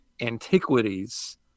antiquities